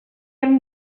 hem